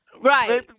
Right